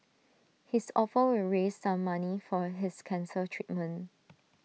his offer will raise some money for his cancer treatment